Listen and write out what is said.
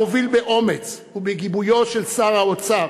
המוביל באומץ ובגיבויו של שר האוצר